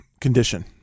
condition